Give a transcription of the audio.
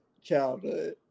childhood